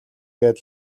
гээд